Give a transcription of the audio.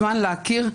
זמן להכיר,